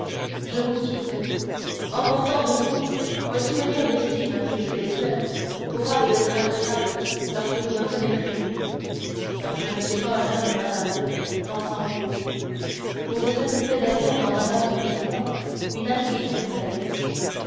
je vous quitte emportant de vous un souvenir d'estime qui je l'espère pourra vous être agréable lorsque vous me connaîtrez mieux car je ne suis point un homme banal tant s'en faut vous vous êtes fait d'ailleurs dans mme de villefort une amie éternelle